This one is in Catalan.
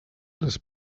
les